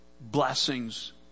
blessings